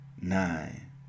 nine